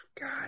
God